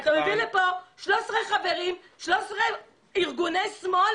אתה מביא לפה 13 חברים, 13 ארגוני שמאל